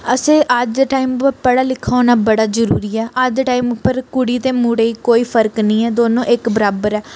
असें अज्ज दे टाइम उप्पर पढ़ा लिखा होना बड़ा जरूरी ऐ अज्ज दे टाइम उप्पर कुड़ी ते मुड़े गी कोई फर्क नी ऐ दोनो एक्क बराबर ऐ